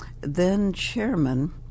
then-chairman